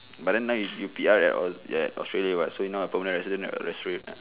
but then now you you P_R at aus~ ya australia what so you're now a permanent resident at australia